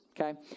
okay